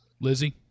lizzie